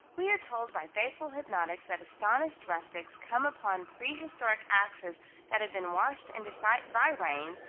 we are told by faithful hypnotics that astonished rustics come upon prehistoric axes that have been washed into sight by rains,